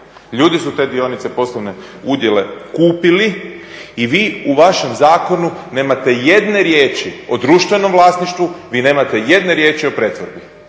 ljudi su te dionice poslovne udjele kupili i vi u vašem zakonu nemate jedne riječi o društvenom vlasništvu, vi nemate jedne riječi o pretvorbi.